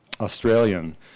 Australian